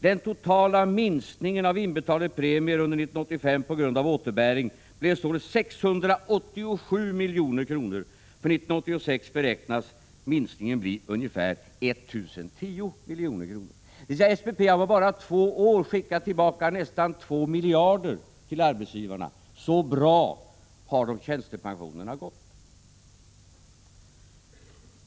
Den totala minskningen av inbetalade premier under 1985 på grund av återbäring blev således 687 milj.kr. För 1986 beräknas minskningen bli ungefär 1 010 milj.kr. SPP har alltså på bara två år skickat tillbaka nästan 2 miljarder till arbetsgivarna. Så bra har tjänstepensionerna gått.